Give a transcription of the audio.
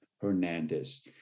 Hernandez